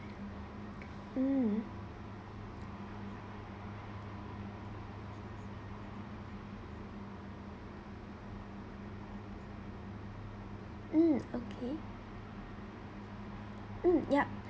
mm mm okay mm yup